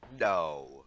No